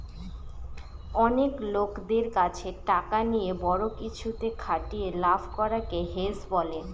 অনেক লোকদের কাছে টাকা নিয়ে বড়ো কিছুতে খাটিয়ে লাভ করাকে হেজ বলে